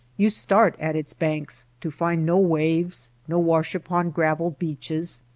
you start at its banks to find no waves, no wash upon gravel beaches,